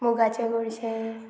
मुगाचें गोडशें